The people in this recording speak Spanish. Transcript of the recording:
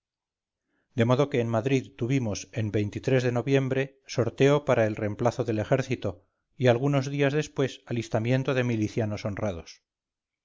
de modo que en madrid tuvimos en de noviembre sorteo para el reemplazo del ejército y algunos días después alistamiento de milicianos honrados